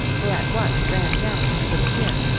who at once ran down to the little pier,